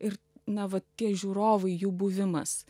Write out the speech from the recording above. ir na va tie žiūrovai jų buvimas